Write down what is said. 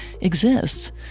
exists